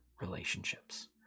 relationships